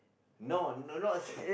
no no not not a sec~